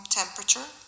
temperature